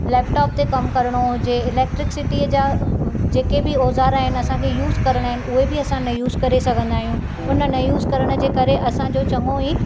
laptop ते कमु करणो हुजे इलैक्ट्रिसिटीअ जा जेके बि औज़ार आहिनि असांखे यूज़ करणा आहिनि उहे बि असां न यूज़ करे सघंदा आहियूं उन न यूज़ करण जे करे असांजो चङो ही